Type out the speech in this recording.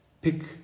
Pick